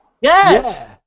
Yes